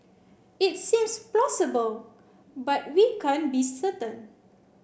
it seems plausible but we can't be certain